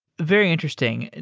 very interesting. and